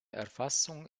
erfassung